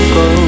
go